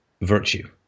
virtue